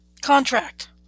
contract